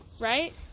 right